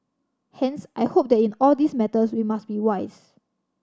hence I hope that in all these matters we must be wise